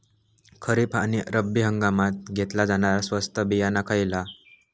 खरीप आणि रब्बी हंगामात घेतला जाणारा स्वस्त बियाणा खयला?